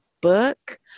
book